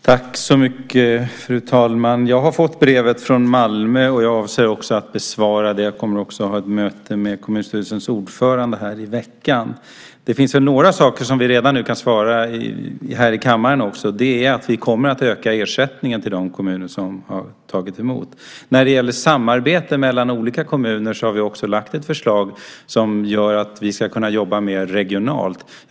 Fru talman! Jag har fått brevet från Malmö och avser att besvara det. Jag kommer också att ha ett möte med kommunstyrelsens ordförande här i veckan. Men några saker kan vi redan nu svara på här i kammaren. Vi kommer att öka ersättningen till de kommuner som har tagit emot. När det gäller samarbetet mellan olika kommuner har vi lagt ett förslag som gör att vi kan jobba mer regionalt.